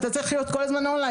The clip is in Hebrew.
אתה צריך להיות כל הזמן מחובר.